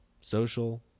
social